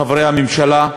מחברי הממשלה?